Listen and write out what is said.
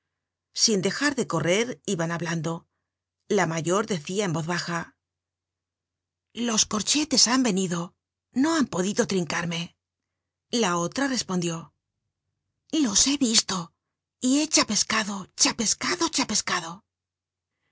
sin dejar correr iban hablando la mayor decia en voz baja los corchetes han venido no han podido trincarme la otra respondió los he visto y he chapescado chapescado chapescado